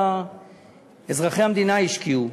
אזרחי המדינה השקיעו,